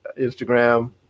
instagram